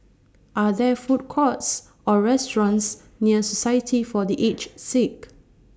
Are There Food Courts Or restaurants near Society For The Aged Sick